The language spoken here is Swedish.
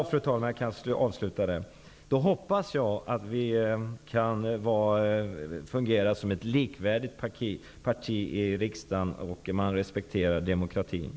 Fru talman! Jag hoppas att Ny demokrati skall få fungera som ett likvärdigt parti i riksdagen och att demokratin respekteras.